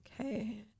Okay